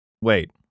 Wait